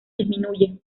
disminuye